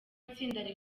itsinda